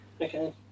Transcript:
Okay